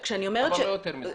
אבל לא יותר מזה.